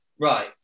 Right